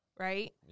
Right